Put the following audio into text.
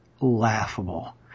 laughable